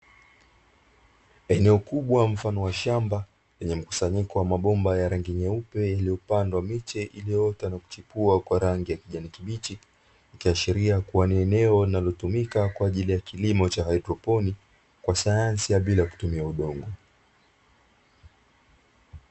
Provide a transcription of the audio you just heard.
Eneo kubwa mfano wa shamba lenye mkusanyiko wa mabomba ya rangi nyeupe, iliyopandwa miche iliyo ota na kuchipua kwa rangi ya kijani kibichi ikiashiria kuwa ni eneo linalotumika kwa ajili ya kilimo cha haidroponi kwa sayansi ya bila kutumia udongo.